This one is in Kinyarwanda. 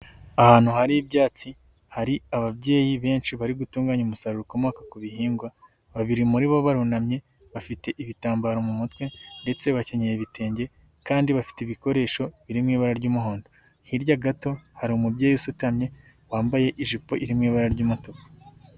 Ahantu hari ibyatsi hari ababyeyi benshi bari gutunganya umusaruro ukomoka ku bihingwa, babiri muri bo barunamye bafite ibitambaro mu mutwe ndetse bakenyeye ibitenge kandi bafite ibikoresho biri mu ibara ry'umuhondo, hirya gato hari umubyeyi usutamye wambaye ijipo irimo mu ibara ry'umutuku.